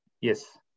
Yes